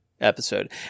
episode